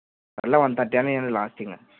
సర్లే one thirty అయిన ఇవ్వండి లాస్ట్ ఇంకా